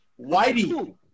whitey